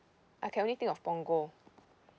I can only think of punggol